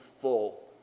full